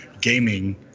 gaming